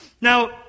Now